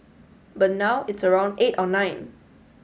but now it's around eight or nine